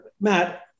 Matt